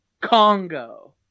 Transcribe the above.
Congo